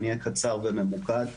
אני אהיה קצר וממוקד.